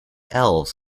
elves